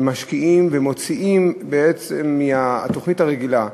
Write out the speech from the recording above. ומשקיעים ומוציאים בעצם שעות מהתוכנית הרגילה,